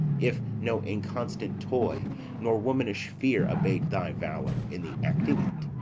if no inconstant toy nor womanish fear abate thy valour in the acting it.